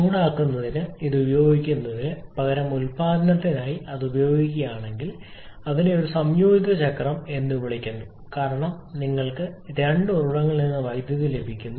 ചൂടാക്കുന്നതിന് ഇത് ഉപയോഗിക്കുന്നതിന് പകരം ഉൽപാദനത്തിനായി ഇത് ഉപയോഗിക്കുകയാണെങ്കിൽ അതിനെ ഒരു സംയോജിത ചക്രം എന്ന് വിളിക്കുന്നു കാരണം നിങ്ങൾക്ക് രണ്ട് ഉറവിടങ്ങളിൽ നിന്ന് വൈദ്യുതി ലഭിക്കുന്നു